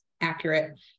accurate